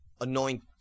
anoint